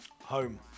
home